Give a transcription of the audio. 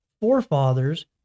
forefathers